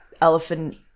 elephant